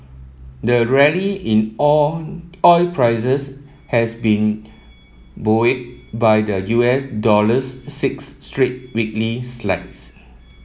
the rally in oil prices has been buoyed by the U S dollar's six straight weekly slides